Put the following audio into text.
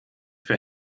für